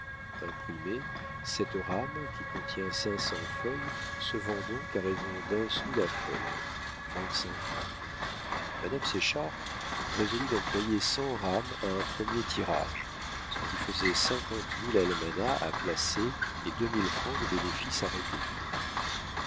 imprimée cette rame qui contient cinq cents feuilles se vend donc à raison d'un sou la feuille vingt-cinq francs madame séchard résolut d'employer cent rames à un premier tirage ce qui faisait cinquante mille almanachs à placer et deux mille francs de bénéfice à recueillir